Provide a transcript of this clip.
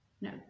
No